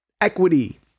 equity